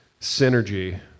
Synergy